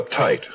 uptight